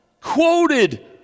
quoted